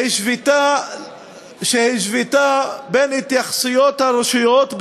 שהשוותה בין התייחסויות הרשויות,